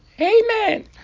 amen